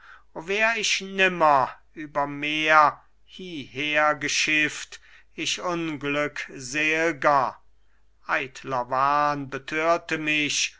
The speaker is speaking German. wär ich nimmer über meer hieher geschifft ich unglückselger eitler wahn betörte mich